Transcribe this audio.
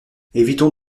évitons